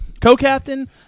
Co-captain